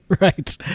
Right